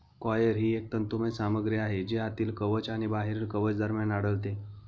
coir ही एक तंतुमय सामग्री आहे जी आतील कवच आणि बाहेरील कवच दरम्यान आढळते